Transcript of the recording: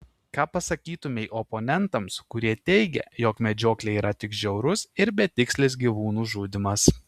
ką pasakytumei oponentams kurie teigia jog medžioklė yra tik žiaurus ir betikslis gyvūnų žudymas